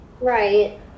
Right